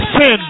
sin